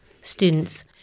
students